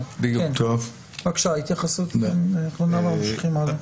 בבקשה, התייחסות ואנחנו ממשיכים הלאה.